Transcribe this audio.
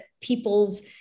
people's